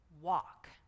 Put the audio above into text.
walk